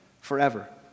forever